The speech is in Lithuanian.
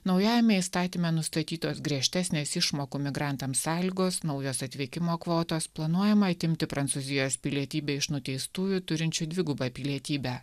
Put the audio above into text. naujajame įstatyme nustatytos griežtesnės išmokų imigrantams sąlygos naujos atvykimo kvotos planuojama atimti prancūzijos pilietybę iš nuteistųjų turinčių dvigubą pilietybę